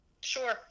Sure